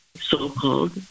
so-called